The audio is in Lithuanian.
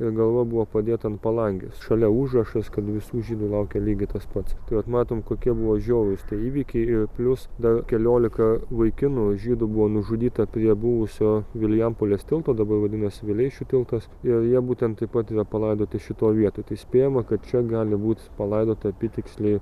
ir galva buvo padėta ant palangės šalia užrašas kad visų žydų laukia lygiai tas pats tai vat matom kokie buvo žiaurūs tie įvykiai ir plius dar keliolika vaikinų žydų buvo nužudyta prie buvusio vilijampolės tilto dabar vadinasi vileišio tiltas ir jie būtent taip pat yra palaidoti šitoj vietoj tai spėjama kad čia gali būt palaidota apytiksliai